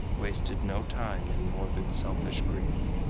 wasted no time in morbid, selfish grief,